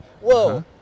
whoa